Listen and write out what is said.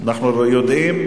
ושר הפנים יענה לכולם במשולב,